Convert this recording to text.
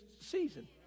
season